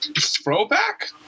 throwback